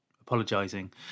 apologising